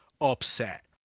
upset